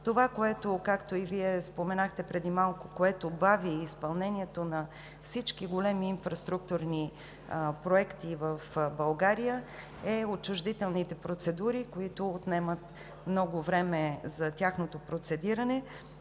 политическо ниво. Вие споменахте преди малко това, което бави изпълнението на всички големи инфраструктурни проекти в България – отчуждителните процедури, които отнемат много време за процедиране.